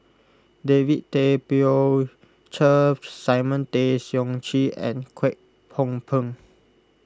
David Tay Poey Cher Simon Tay Seong Chee and Kwek Hong Png